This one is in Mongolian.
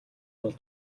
бол